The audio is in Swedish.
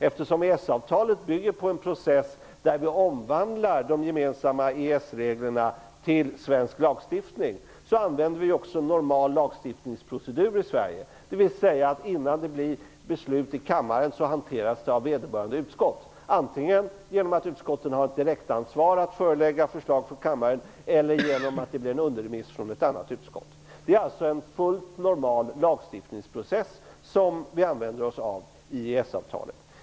Eftersom avtalet bygger på en process där vi omvandlar de gemensamma EES-reglerna till svensk lagstiftning, använder vi också en i Sverige normal lagstiftningsprocedur. Innan beslut fattas i kammaren bereds ärendet alltså av vederbörande utskott, antingen så att utskottet direkt förelägger kammaren ett förslag eller så att det får en underremiss från ett annat utskott. Det är alltså en fullt normal lagstiftningsprocess som vi använder i samband med EES-avtalet.